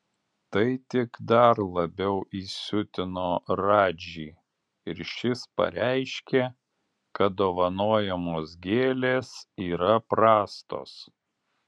tai tik dar labiau įsiutino radžį ir šis pareiškė kad dovanojamos gėlės yra prastos